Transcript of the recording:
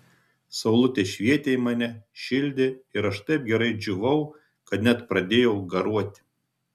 saulutė švietė į mane šildė ir aš taip gerai džiūvau kad net pradėjau garuoti